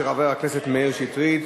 של חבר הכנסת מאיר שטרית.